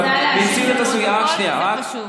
אני רוצה להשיב לפרוטוקול כי זה חשוב.